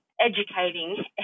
educating